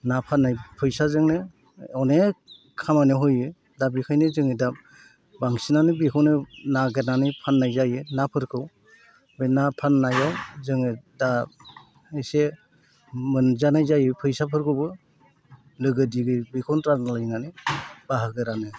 ना फाननाय फैसाजोंनो अनेक खामानियाव होयो दा बेखायनो जोङो दा बांसिनानो बेखौनो नागिरनानै फाननाय जायो नाफोरखौ बे ना फाननायाव जोङो दा एसे मोनजानाय जायो फैसाफोरखौबो लोगो दिगि बेखौनो रानलायनानै बाहागो रानो